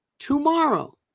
Tomorrow